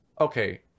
okay